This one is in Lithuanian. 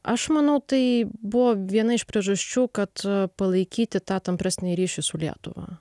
aš manau tai buvo viena iš priežasčių kad palaikyti tą tampresnį ryšį su lietuva